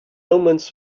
omens